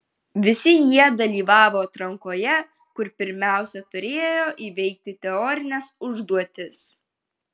visi jie dalyvavo atrankoje kur pirmiausia turėjo įveikti teorines užduotis